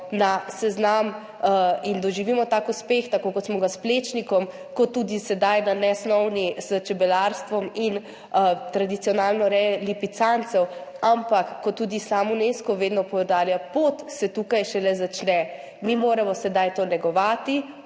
na seznam in doživimo tak uspeh, tako kot smo ga s Plečnikom, kot tudi sedaj na nesnovni, s čebelarstvom in tradicionalno rejo lipicancev. Ampak kot tudi sam Unesco vedno poudarja, pot se tukaj šele začne. Mi moramo zdaj to negovati,